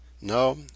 No